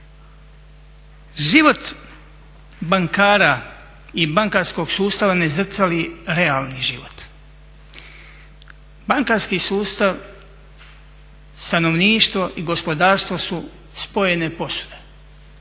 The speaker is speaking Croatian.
Život bankara i bankarskog sustava ne zrcali realni život. Bankarski sustav stanovništvo i gospodarstvo su spojene posude.